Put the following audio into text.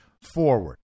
forward